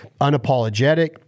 unapologetic